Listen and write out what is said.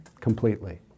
completely